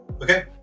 Okay